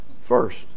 First